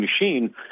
machine